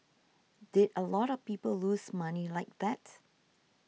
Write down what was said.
did a lot of people lose money like that